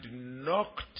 knocked